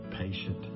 patient